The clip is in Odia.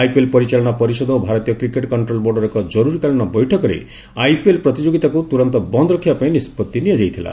ଆଇପିଏଲ୍ ପରିଚାଳନା ପରିଷଦ ଓ ଭାରତୀୟ କ୍ରିକେଟ୍ କଣ୍ଟ୍ରୋଲ୍ ବୋର୍ଡର ଏକ ଜରୁରୀକାଳୀନ ବୈଠକରେ ଆଇପିଏଲ୍ ପ୍ରତିଯୋଗୀତାକୁ ତୁରନ୍ତ ବନ୍ଦ ରଖିବା ପାଇଁ ନିଷ୍ପଭି ନିଆଯାଇଥିଲା